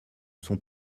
sont